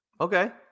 Okay